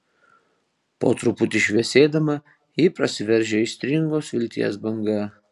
po truputį šviesėdama ji prasiveržia aistringos vilties banga